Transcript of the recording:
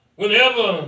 whenever